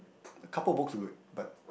the couple of book was good but